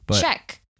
Check